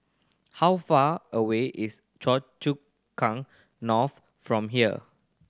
how far away is Choa Chu Kang North from here